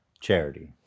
charity